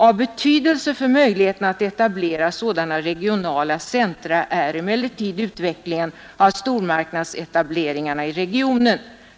——— Av betydelse för möjligheterna att etablera sådana regionala centra är emellertid utvecklingen av stormarknadsetableringarna i regionen.